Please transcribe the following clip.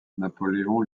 napoléon